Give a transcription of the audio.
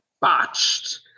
botched